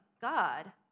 God